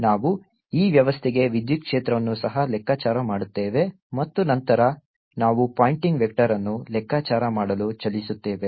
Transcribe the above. ನಾವು ಈ ವ್ಯವಸ್ಥೆಗೆ ವಿದ್ಯುತ್ ಕ್ಷೇತ್ರವನ್ನು ಸಹ ಲೆಕ್ಕಾಚಾರ ಮಾಡುತ್ತೇವೆ ಮತ್ತು ನಂತರ ನಾವು ಪಾಯಿಂಟಿಂಗ್ ವೆಕ್ಟರ್ ಅನ್ನು ಲೆಕ್ಕಾಚಾರ ಮಾಡಲು ಚಲಿಸುತ್ತೇವೆ